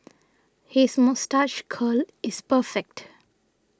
his moustache curl is perfect